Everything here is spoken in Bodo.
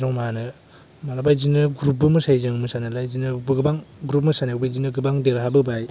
ज'मानो मालाबा बिदिनो ग्रुपबो मोसायो जों मोसानायालाय बिदिनो गोबां ग्रुप मोसानायावबो बिदिनो गोबां देरहाबोबाय